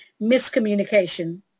Miscommunication